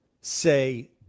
say